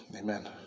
amen